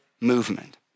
movement